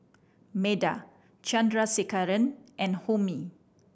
Medha Chandrasekaran and Homi